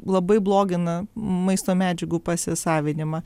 labai blogina maisto medžiagų pasisavinimą